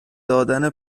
دادن